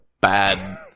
bad